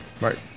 Right